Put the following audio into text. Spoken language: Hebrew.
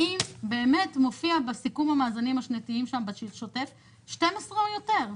האם באמת מופיע בסיכום המאזנים השנתיים בשוטף 12 מיליון שקל או יותר?